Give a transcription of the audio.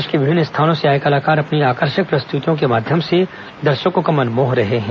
प्रदेश के विभिन्न स्थानों से आए कलाकार अपनी आकर्षक प्रस्तुतियों के माध्यम से दर्शकों का मन मोह रह हैं